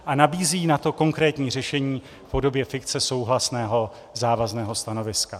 A nabízíme na to konkrétní řešení v podobě fikce souhlasného závazného stanoviska.